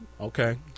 okay